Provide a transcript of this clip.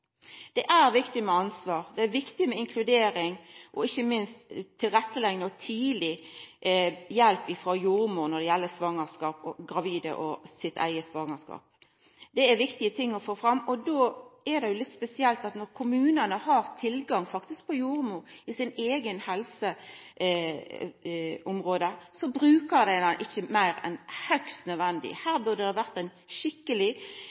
Det er viktig med ansvar. Det er viktig å inkludera, og ikkje minst er det viktig med tilrettelegging og tidleg hjelp frå jordmor når det gjeld gravide og svangerskapet deira. Det er viktige ting å få fram, og da er det litt spesielt at trass i at kommunane faktisk har tilgang på jordmor i sitt eige helseområde, så brukar dei dei ikkje meir enn høgst nødvendig. Her burde det vore eit skikkeleg